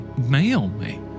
mailman